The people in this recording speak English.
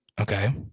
Okay